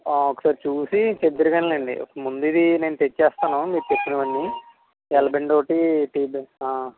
ఒక్కసారి చూసి తెద్దురు కానీ లేండి ముందు ఇది నేను తెస్తాను మీరు చెప్పినవి అన్నీ ఎల్ బెండ్ ఒకటి టీ బెండ్